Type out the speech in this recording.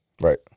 Right